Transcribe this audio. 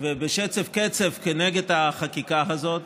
ובשצף-קצף כנגד החקיקה הזאת